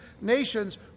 nations